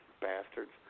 Bastards